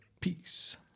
Peace